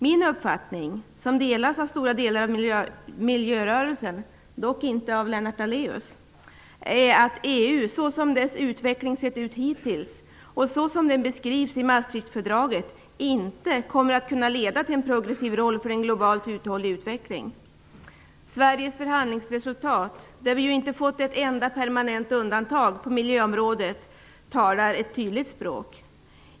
Min uppfattning, som delas av många inom miljörörelsen - dock inte av Lennart Daléus -, är att EU såsom dess utveckling sett ut hittills och såsom den beskrivs i Maastrichtfördraget inte kommer att kunna spela en progressiv roll för globalt uthållig utveckling. Sveriges förhandlingsresultat, som inte gett oss ett enda permanent undantag på miljöområdet, talar ett tydligt språk.